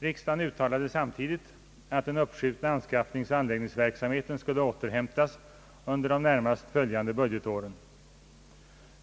Riksdagen uttalade samtidigt, att den uppskjutna anskaffningsoch anläggningsverksamheten skulle återhämtas under de närmast följande budgetåren.